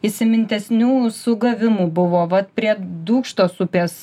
įsimintesnių sugavimų buvo vat prie dūkštos upės